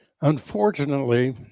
unfortunately